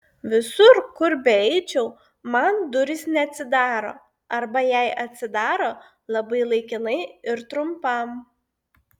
visur kur beeičiau man durys neatsidaro arba jei atsidaro labai laikinai ir trumpam